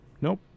nope